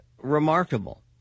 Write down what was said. remarkable